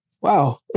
wow